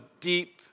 deep